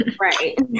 Right